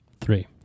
Three